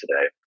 today